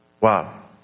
Wow